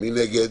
מי נגד?